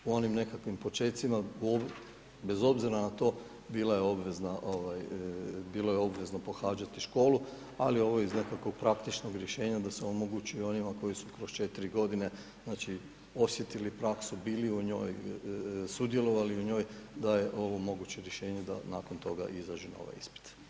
U onim nekakvim počecima, bez obzira na to bila je obvezna, bilo je obvezno pohađati školu, ali ovo je iz nekakvog praktičnog rješenja da se omogući onima koji su kroz 4 godine znači osjetili praksu, bili u njoj, sudjelovali u njoj da je ovo moguće rješenje da nakon toga izađu na ovaj ispit.